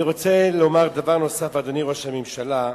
אני רוצה לומר דבר נוסף, אדוני ראש הממשלה.